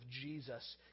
Jesus